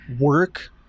work